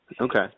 Okay